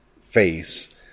face